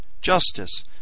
JUSTICE